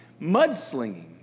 mudslinging